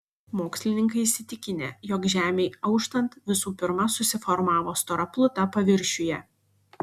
mokslininkai įsitikinę jog žemei auštant visų pirma susiformavo stora pluta paviršiuje